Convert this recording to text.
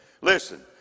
Listen